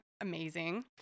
amazing